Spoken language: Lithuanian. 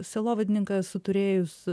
sielovadininką esu turėjus